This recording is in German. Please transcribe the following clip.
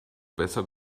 besser